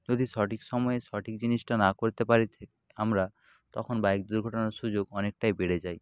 যদি সঠিক সময় সঠিক জিনিসটা না করতে পারি থে আমরা তখন বাইক দুর্ঘটনার সুযোগ অনেকটাই বেড়ে যায়